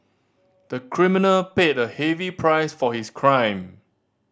the criminal paid a heavy price for his crime